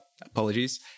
apologies